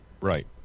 Right